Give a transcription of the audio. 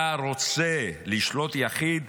אתה רוצה לשלוט יחיד?